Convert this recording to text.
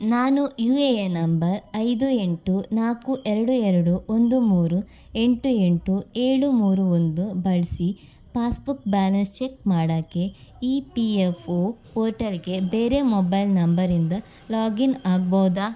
ನಾನು U A N number ಐದು ಎಂಟು ನಾಲ್ಕು ಎರಡು ಎರಡು ಒಂದು ಮೂರು ಎಂಟು ಎಂಟು ಏಳು ಮೂರು ಒಂದು ಬಳಸಿ ಪಾಸ್ಬುಕ್ ಬ್ಯಾಲೆನ್ಸ್ ಚೆಕ್ ಮಾಡೋಕ್ಕೆ ಇ ಪಿ ಎಫ್ ಓ ಪೋರ್ಟಲ್ಗೆ ಬೇರೆ ಮೊಬೈಲ್ ನಂಬರಿಂದ ಲಾಗಿನ್ ಆಗ್ಬೋದ